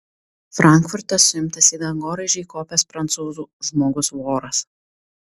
frankfurte suimtas į dangoraižį įkopęs prancūzų žmogus voras